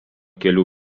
kelių